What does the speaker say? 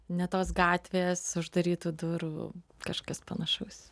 ne tos gatvės uždarytų durų kažkas panašus